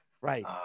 Right